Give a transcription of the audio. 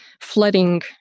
flooding